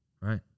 right